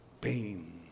pain